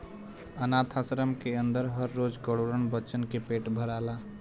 आनाथ आश्रम के अन्दर हर रोज करोड़न बच्चन के पेट भराला